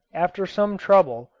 after some trouble,